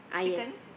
chicken